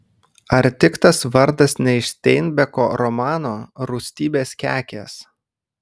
ar tik tas vardas ne iš steinbeko romano rūstybės kekės